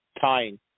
Tying